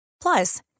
Plus